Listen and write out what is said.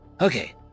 Okay